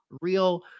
real